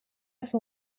son